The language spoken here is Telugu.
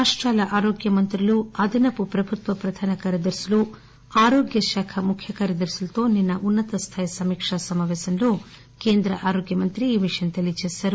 రాష్టాల ఆరోగ్య మంత్రులు అదనపు ప్రభుత్వ ప్రధాన కార్యదర్శులు ఆరోగ్యశాఖ ముఖ్య కార్యదర్శులతో నిన్న ఉన్నత స్థాయి సమీక సమాపేశంలో కేంద్ర ఆరోగ్య మంత్రి ఈ విషయం తెలియజేశారు